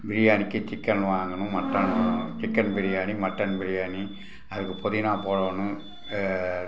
பிரியாணிக்கு சிக்கன் வாங்கணும் மட்டன் வாங்கணும் சிக்கன் பிரியாணி மட்டன் பிரியாணி அதுக்கு புதினா போடணும்